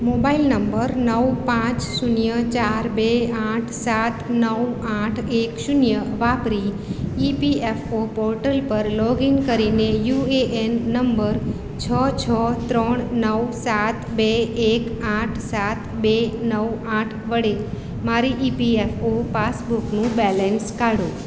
mobile number નવ પાંચ શૂન્ય ચાર બે આઠ સાત નવ આઠ એક શૂન્ય વાપરી ઇપીએફઓ પોર્ટલ પર લોગિન કરીને યુએએન નંબર છ છ ત્રણ નવ સાત બે એક આઠ સાત બે નવ આઠ વડે મારી ઇપીએફઓ પાસબુકનું બેલેન્સ કાઢો